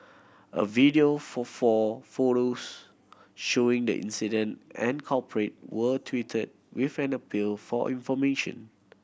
a video for four photos showing the incident and culprit were tweeted with an appeal for information